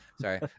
Sorry